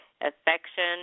affection